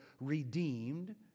redeemed